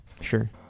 Sure